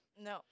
No